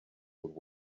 would